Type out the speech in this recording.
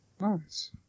Nice